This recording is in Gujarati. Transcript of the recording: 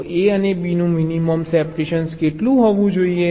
તો A અને B નું મિનિમમ સેપરેશન કેટલું હોવું જોઈએ